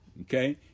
okay